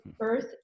earth